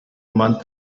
month